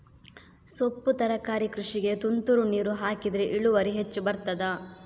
ಸೊಪ್ಪು ತರಕಾರಿ ಕೃಷಿಗೆ ತುಂತುರು ನೀರು ಹಾಕಿದ್ರೆ ಇಳುವರಿ ಹೆಚ್ಚು ಬರ್ತದ?